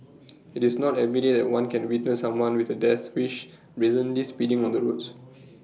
IT is not everyday that one can witness someone with A death wish brazenly speeding on the roads